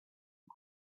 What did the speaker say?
and